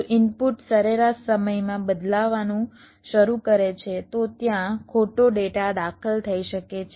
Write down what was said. જો ઇનપુટ સરેરાશ સમયમાં બદલાવાનું શરૂ કરે છે તો ત્યાં ખોટો ડેટા દાખલ થઈ શકે છે